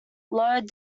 load